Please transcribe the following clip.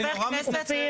אני נורא ממצטער,